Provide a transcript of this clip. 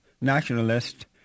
nationalist